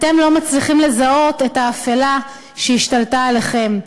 אתם לא מצליחים לזהות את האפלה שהשתלטה עליכם,